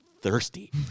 thirsty